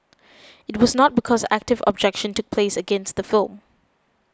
it was not because active objection took place against the film